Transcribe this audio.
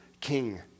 king